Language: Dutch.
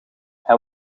hij